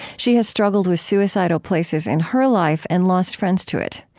she has struggled with suicidal places in her life and lost friends to it.